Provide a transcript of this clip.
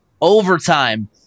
overtime